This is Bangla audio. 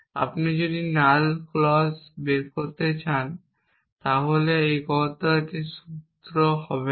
আপনি যদি নাল ক্লজ বের করতে চান তাহলে এটি অগত্যা সম্পূর্ণ হবে না